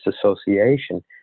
association